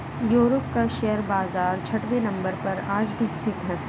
Europe का share बाजार छठवें नम्बर पर आज भी स्थित है